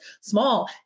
small